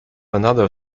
another